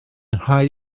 rhaid